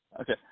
Okay